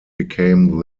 became